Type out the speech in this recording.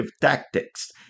tactics